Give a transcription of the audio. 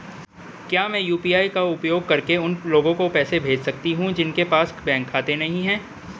क्या मैं यू.पी.आई का उपयोग करके उन लोगों के पास पैसे भेज सकती हूँ जिनके पास बैंक खाता नहीं है?